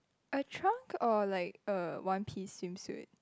a trunk or like a one piece swimsuit